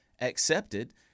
accepted